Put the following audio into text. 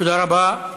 תודה רבה.